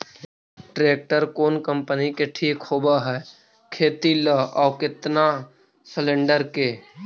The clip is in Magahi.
ट्रैक्टर कोन कम्पनी के ठीक होब है खेती ल औ केतना सलेणडर के?